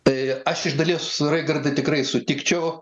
tai aš iš dalies raigardai tikrai sutikčiau